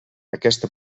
aquesta